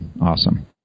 Awesome